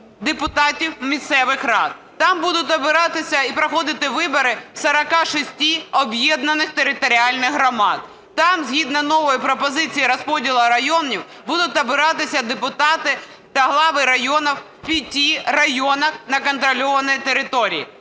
депутатів місцевих рад. Там будуть обиратися і проходити вибори в 46 об'єднаних територіальних громадах. Там, згідно нової пропозиції розподілу районів, будуть обиратися депутати та глави районів в п'яти районах на контрольованій території.